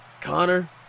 Connor